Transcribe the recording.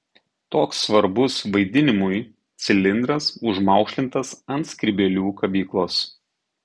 toks svarbus vaidinimui cilindras užmaukšlintas ant skrybėlių kabyklos